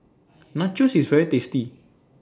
Nachos IS very tasty